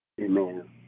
Amen